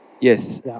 Yes